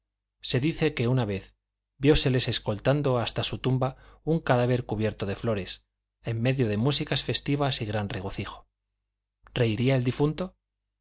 se dice que una vez vióseles escoltando hasta su tumba un cadáver cubierto de flores en medio de músicas festivas y gran regocijo reiría el difunto